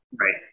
Right